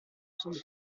centre